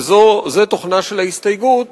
וזה תוכנה של ההסתייגות,